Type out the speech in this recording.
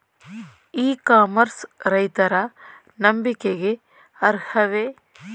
E commerce ರೈತರ ನಂಬಿಕೆಗೆ ಅರ್ಹವೇ?